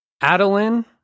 Adeline